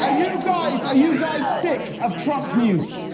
ah you guys, are you guys sick of trump news?